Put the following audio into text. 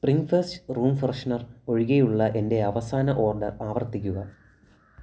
spring fest room freshener ഒഴികെയുള്ള എന്റെ അവസാന ഓർഡർ ആവർത്തിക്കുക